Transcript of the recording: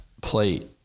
plate